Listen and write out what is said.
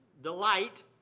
delight